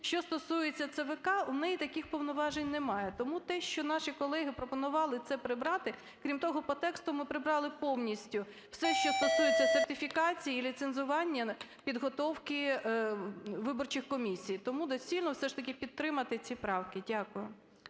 Що стосується ЦВК, у неї таких повноважень немає. Тому те, що наші колеги пропонували це прибрати… Крім того, по тексту ми прибрали повністю все, що стосується сертифікації і ліцензування підготовки виборчих комісій. Тому доцільно все ж таки підтримати ці правки. Дякую.